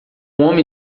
homem